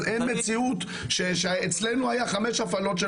אז אין מציאות שאצלנו היה חמש הפעלות של